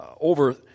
over